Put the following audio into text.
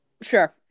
Sure